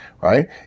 right